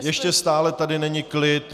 Ještě stále tady není klid.